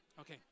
Okay